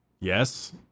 yes